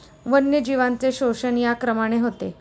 वन्यजीवांचे शोषण या क्रमाने होते